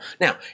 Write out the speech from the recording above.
Now